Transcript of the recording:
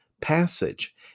passage